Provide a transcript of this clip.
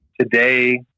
today